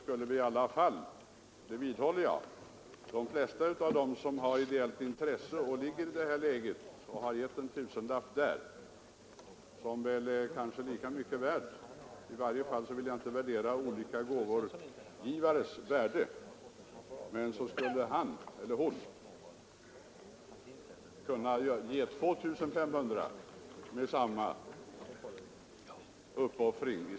För min egen del vill jag inte mäta värdet av gåvor från olika givare, men om en person i sistnämnda inkomstgrupp tidigare har gett en tusenlapp så skulle han i det här fallet kunna ge 2 500 kronor med samma uppoffring.